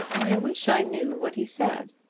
i wish i knew what he said.